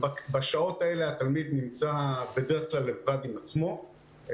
בשעות האלה התלמיד נמצא בדרך כלל לבד עם עצמו,